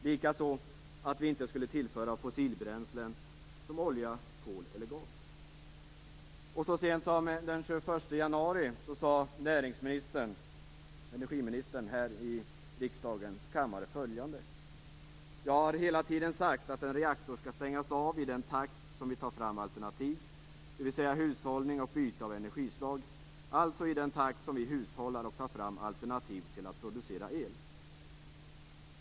Likaså var det uppslutning omkring att vi inte skulle tillföra fossilbränslen som olja, kol eller gas. Så sent som den 21 januari sade närings och energiministern här i riksdagens kammare: Jag har hela tiden sagt att en reaktor skall stängas av i den takt som vi tar fram alternativ, dvs. hushållning och byte av energislag, alltså i den takt som vi hushållar och tar fram alternativ till att producera el.